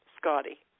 Scotty